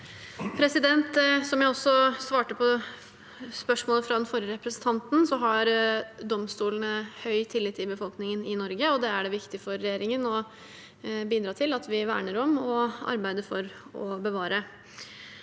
Som jeg også svar- te på spørsmålet fra den forrige representanten, har domstolene høy tillit i befolkningen i Norge, og det er det viktig for regjeringen å bidra til at vi verner om og arbeider for å bevare.